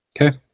Okay